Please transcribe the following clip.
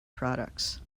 products